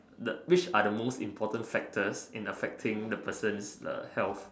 the which are the most important factors in affecting the person's uh health